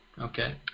Okay